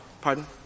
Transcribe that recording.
Pardon